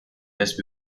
just